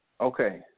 Okay